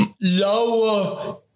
lower